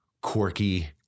quirky